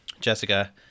Jessica